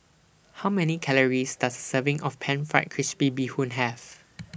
How Many Calories Does A Serving of Pan Fried Crispy Bee Hoon Have